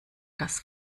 das